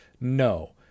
No